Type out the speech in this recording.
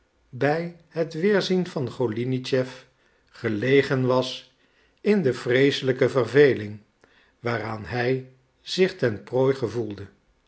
bij het wederzien van golinitschef gelegen was in de vreeselijke verveling waaraan hij zich ten prooi gevoelde